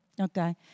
Okay